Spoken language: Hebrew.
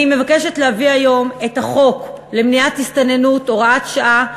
אני מבקשת להביא היום את הצעת חוק למניעת הסתננות (הוראת שעה),